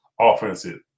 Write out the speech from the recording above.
offensive